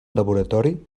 laboratori